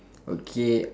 okay